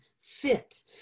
fit